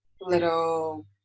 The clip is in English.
little